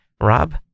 rob